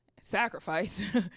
sacrifice